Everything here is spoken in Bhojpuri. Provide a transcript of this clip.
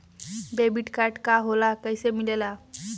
डेबिट कार्ड का होला कैसे मिलेला?